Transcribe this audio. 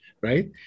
right